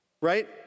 right